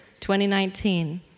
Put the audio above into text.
2019